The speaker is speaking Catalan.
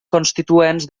constituents